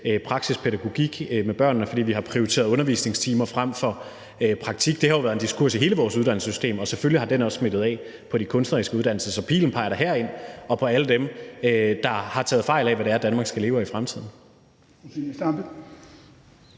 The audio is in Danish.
praktisk pædagogik med børnene, fordi vi har prioriteret undervisningstimer frem for praktik. Det har været en diskurs i hele vores uddannelsessystem, og selvfølgelig har den også smittet af på de kunstneriske uddannelser. Så pilen peger da herind og på alle dem, der har taget fejl af, hvad det er, Danmark skal leve af i fremtiden.